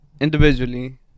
Individually